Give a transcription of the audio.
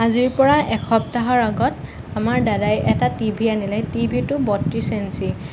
আজিৰ পৰা এসপ্তাহৰ আগত আমাৰ দাদাই এটা টিভি আনিলে টিভিটো বত্ৰিছ ইঞ্চি